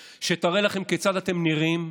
נשים לכם מראה שתראה לכם כיצד אתם נראים,